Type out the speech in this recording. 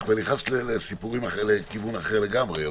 זה כבר נכנס לכיוון אחר לגמרי.